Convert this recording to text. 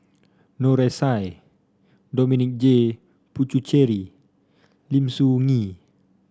Noor S I Dominic J Puthucheary Lim Soo Ngee